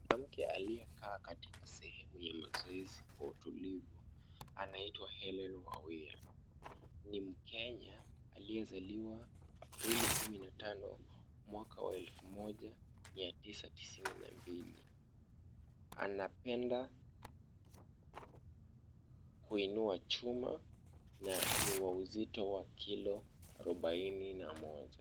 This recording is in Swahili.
Mwanamke aliyekaa katika sehemu ya mazoezi kwa utulivu anaitwa Hellen Wawira . Ni mkenya aliyezaliwa Aprili kumi na tano, mwaka wa elfu moja mia tisa tisini na mbili. Anapenda kuinua chuma na ni wa uzito wa kilo arobaini na moja.